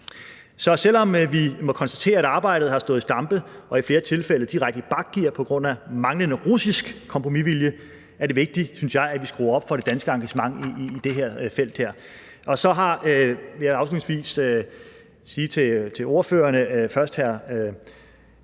Så selv om vi må konstatere, at arbejdet har stået i stampe og i flere tilfælde direkte i bakgear på grund af manglende russisk kompromisvilje, er det vigtigt, synes jeg, at vi skruer op for det danske engagement i det her felt. Så vil jeg afslutningsvis sige til ordførerne, først hr.